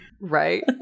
Right